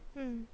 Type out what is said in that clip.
mm